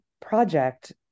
project